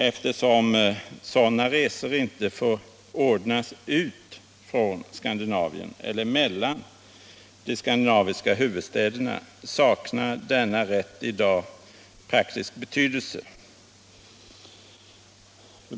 Eftersom sådana resor inte får ordnas från Skandinavien eller mellan de skandinaviska huvudstäderna, saknar denna rätt i dag praktisk betydelse.